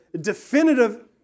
definitive